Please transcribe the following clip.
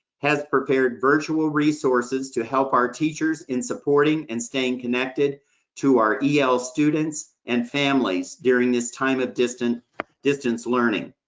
has prepared virtual resources to help our teachers in supporting and staying connected to our el students and families during this time of distance learning. learning.